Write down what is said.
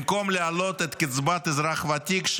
במקום להעלות את קצבת האזרח הוותיק,